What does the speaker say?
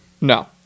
No